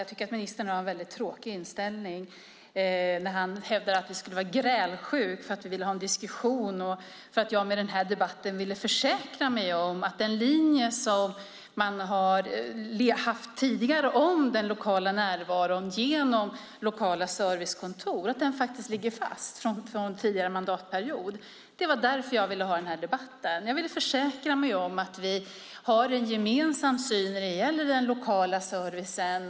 Jag tycker att ministern har en tråkig inställning när han hävdar att vi skulle vara grälsjuka för att vi vill ha en diskussion och för att jag med den här debatten vill försäkra mig om att den linje som man haft om den lokala närvaron, genom lokala servicekontor, faktiskt ligger fast från tidigare mandatperiod. Det var därför jag ville ha debatten. Jag ville försäkra mig om att vi har en gemensam syn när det gäller den lokala servicen.